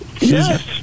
Yes